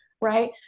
right